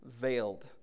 veiled